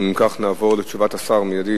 אנחנו, אם כך, נעבור לתשובת השר מיידית.